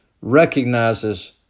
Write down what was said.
recognizes